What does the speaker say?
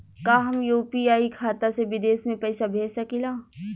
का हम यू.पी.आई खाता से विदेश में पइसा भेज सकिला?